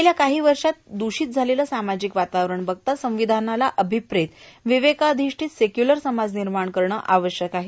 गेल्या काही वर्षात दूषित झालेले सामाजिक वातावरण बघता संविधानाला अभिप्रेत विवेकधिष्ठित सेक्यूलर समाज निर्माण करणं आवश्यक आहे